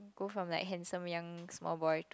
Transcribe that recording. go from like handsome young small boy to